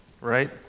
right